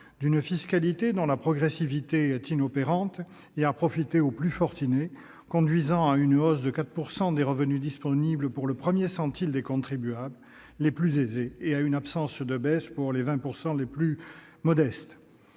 d'une fiscalité dont la progressivité est inopérante et a profité aux plus fortunés, conduisant à une hausse de 4 % des revenus disponibles pour le premier centile des contribuables les plus aisés et à une absence de baisse pour les 20 % les plus modestes.